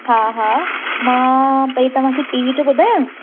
हा हा मां पई तव्हांखे टी वी जो ॿुधायां